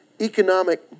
Economic